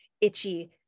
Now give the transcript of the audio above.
itchy